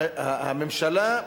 הממשלה,